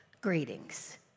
Greetings